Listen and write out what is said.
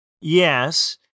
Yes